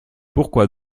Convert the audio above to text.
pourquoi